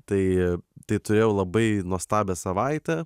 tai tai turėjau labai nuostabią savaitę